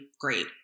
great